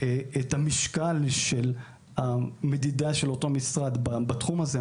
המשקל של המדידה של אותו משרד בתחום הזה,